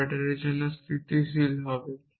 অপারেটরদের জন্য স্থিতিশীল হবে